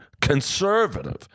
conservative